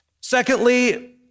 Secondly